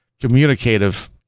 communicative